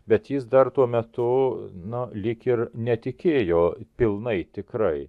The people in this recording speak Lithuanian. bet jis dar tuo metu na lyg ir netikėjo pilnai tikrai